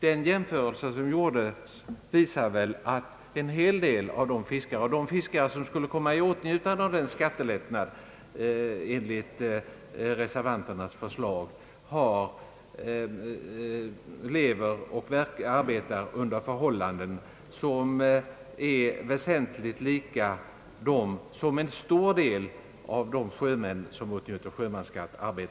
Den jämförelse som gjordes visar väl, att en hel del av de fiskare, som skulle komma i åtnjutande av den skattelättnad reservanternas förslag medför, lever och arbetar under väsentligt likartade förhållanden som en stor del av de sjömän som åtnjuter sjömansskatt.